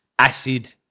Acid